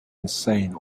insane